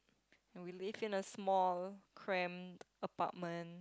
and we live in a small cramped apartment